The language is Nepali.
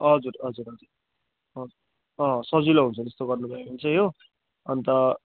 हजुर हजुर हजुर हजुर अँ सजिलो हुन्छ त्यस्तो गर्नुभयो भने चाहिँ हो अन्त